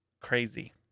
Crazy